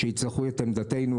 כשיצטרכו את עמדתנו,